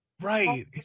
Right